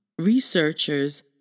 Researchers